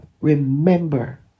Remember